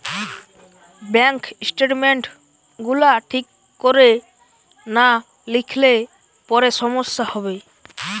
bank statement গুলা ঠিক কোরে না লিখলে পরে সমস্যা হবে